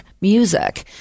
music